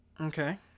Okay